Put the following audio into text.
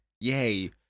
Yay